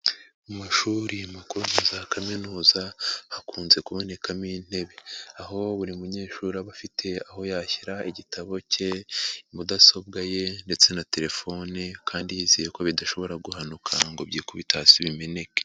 Mu mashuri makuru na za kaminuza hakunze kubonekamo intebe aho buri munyeshuri aba afite aho yashyira igitabo cye, mudasobwa ye, ndetse na telefone kandi yizeye ko bidashobora guhanuka ngo byikubite hasi bimeneke.